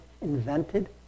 invented